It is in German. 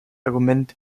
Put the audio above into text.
argument